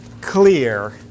clear